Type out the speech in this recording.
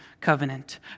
covenant